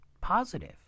positive